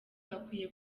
bakwiye